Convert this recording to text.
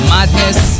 Madness